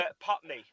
Putney